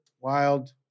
Wild